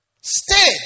Stay